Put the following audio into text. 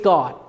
God